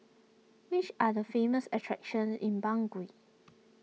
which are the famous attractions in Bangui